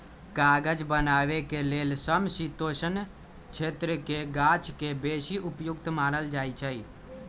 कागज बनाबे के लेल समशीतोष्ण क्षेत्रके गाछके बेशी उपयुक्त मानल जाइ छइ